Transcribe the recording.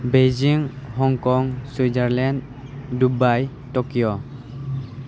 बैंजिं हंकं सुइजारलेण्ड डुब्बाइ ट'किअ